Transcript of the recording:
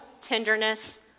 tenderness